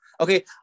Okay